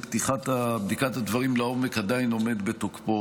בדיקת הדברים לעומק עדיין עומד בתוקפו.